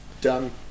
done